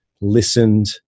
listened